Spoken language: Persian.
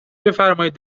بفرمائید